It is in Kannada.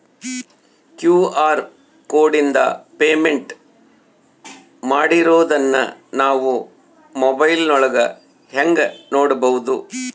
ಕ್ಯೂ.ಆರ್ ಕೋಡಿಂದ ಪೇಮೆಂಟ್ ಮಾಡಿರೋದನ್ನ ನಾವು ಮೊಬೈಲಿನೊಳಗ ಹೆಂಗ ನೋಡಬಹುದು?